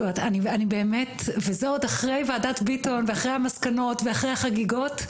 זאת אומרת אני באמת וזה אחרי וועדת ביטון ואחרי המסקנות ואחרי החגיגות,